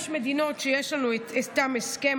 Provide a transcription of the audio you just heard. יש מדינות שיש לנו איתן הסכם,